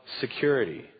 security